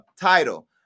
title